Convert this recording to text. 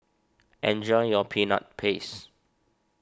enjoy your Peanut Paste